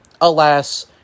alas